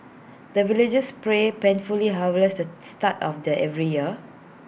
the villagers pray pen fully harvest at start of the every year